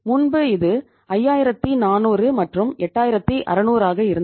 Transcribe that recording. முன்பு இது 5400 மற்றும் 8600 ஆக இருந்தது